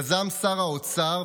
יזם שר האוצר,